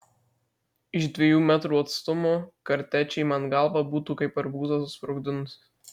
iš dviejų metrų atstumo kartečė man galvą būtų kaip arbūzą susprogdinusi